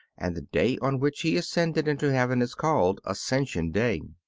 and the day on which he ascended into heaven is called ascension day.